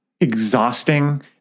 exhausting